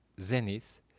zenith